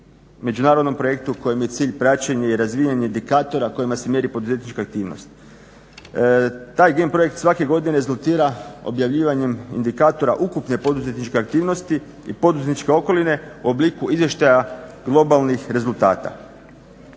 međunarodnom projektu kojem je cilj praćenje i razvijanje indikatora kojima se mjeri poduzetnička aktivnost. Taj GEM projekt svake godine rezultira objavljivanjem indikatora ukupne poduzetničke aktivnosti i poduzetničke okoline u obliku izvještaja globalnih rezultata.